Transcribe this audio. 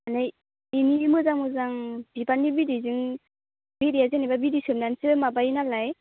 माने बिनि मोजां मोजां बिबारनि बिदैजों बेरेया जेनेबा बिदै सोबनानैसो माबायो नालाय